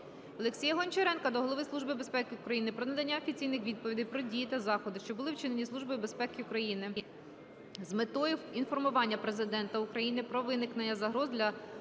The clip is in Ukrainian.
Олексія Гончаренка до Голови Служби безпеки України про надання офіційних відповідей про дії та заходи, що були вчинені Службою безпеки України з метою інформування Президента України про виникнення загроз для прав,